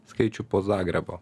skaičių po zagrebo